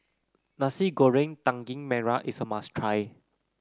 Nasi Goreng Daging Merah is a must try